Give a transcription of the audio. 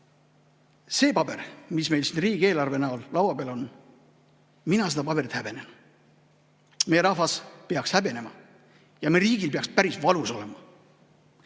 See paber, mis meil siin riigieelarve näol laua peal on – mina seda paberit häbenen. Meie rahvas peaks häbenema ja me riigil peaks päris valus olema.